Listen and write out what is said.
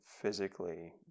physically